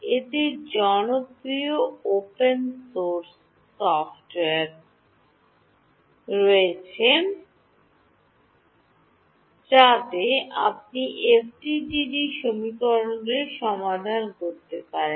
একটি জনপ্রিয় open source software রয়েছে যাতে আপনি এফডিটিডি সমীকরণগুলি সমাধান করতে পারেন